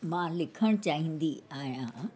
मां लिखणु चाहींदी आहियां